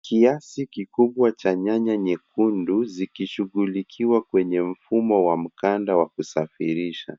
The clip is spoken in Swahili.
Kiasi kikubwa cha nyanya nyekundu, zikishughulikiwa kwenye mfumo wa mkanda wa kusafirisha.